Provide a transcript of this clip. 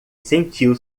sentiu